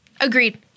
Agreed